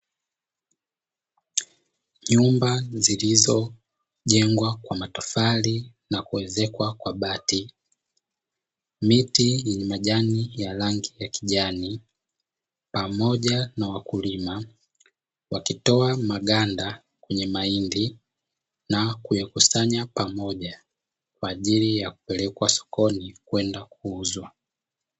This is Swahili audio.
Nyumba zilizojengwa kwa matofali na kuezekwa kwa mabati, miti yenye majani ya kijani pamoja na wakulima wakitoa maganda maindi na kuyakusanya pamoja na kuyapeleka sokoni kwenda kuuzwa.